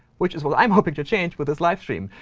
which is what i'm hoping to change with this live stream.